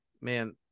man